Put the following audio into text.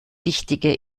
wichtige